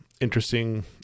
interesting